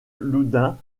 loudun